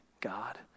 God